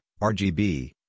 RGB